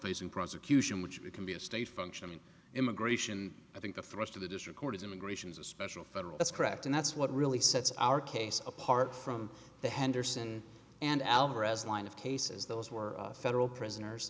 facing prosecution which can be a state function in immigration i think the thrust of the district court is immigration is a special federal that's correct and that's what really sets our case apart from the henderson and alvarez line of cases those were federal prisoners